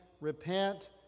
Repent